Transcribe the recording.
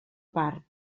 part